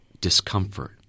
discomfort